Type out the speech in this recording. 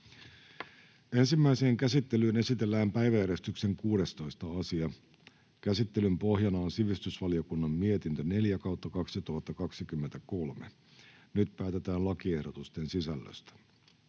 Ensimmäiseen käsittelyyn esitellään päiväjärjestyksen 17. asia. Käsittelyn pohjana on talousvaliokunnan mietintö TaVM 7/2023 vp. Nyt päätetään lakiehdotusten sisällöstä.